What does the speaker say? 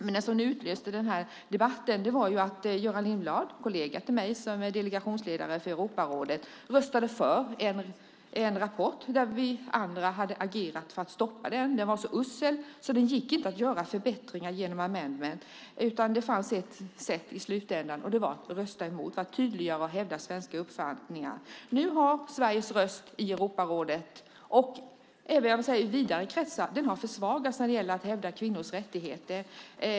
Det som utlöste den här debatten var att Göran Lindblad, kollega till mig som är delegationsledare för Europarådet, röstade för en rapport när vi andra hade agerat för att stoppa den. Den var så usel så det gick inte att göra förbättringar genom amendment . Det fanns ett sätt i slutändan, och det var att rösta emot för att tydliggöra och hävda svenska uppfattningar. Nu har Sveriges röst i Europarådet och i vidare kretsar försvagats när det gäller att hävda kvinnors rättigheter.